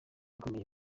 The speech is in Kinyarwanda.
ikomeye